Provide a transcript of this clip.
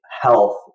health